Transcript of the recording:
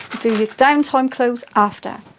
doing your downtime clothes after.